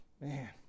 Man